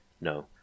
No